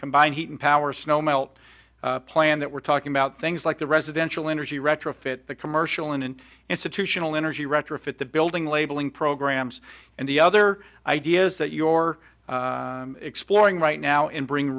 combined heat and power snow melt plan that we're talking about things like the residential energy retrofit the commercial in an institutional energy retrofit the building labeling programs and the other ideas that your exploring right now and bring